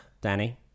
Danny